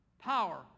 Power